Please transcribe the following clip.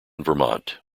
vermont